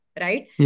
right